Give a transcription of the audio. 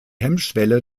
hemmschwelle